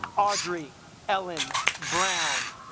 audrey ellen brown